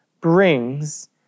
brings